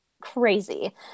crazy